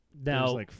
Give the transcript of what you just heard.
Now